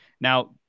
Now